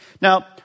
Now